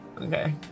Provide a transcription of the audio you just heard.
Okay